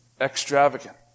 extravagant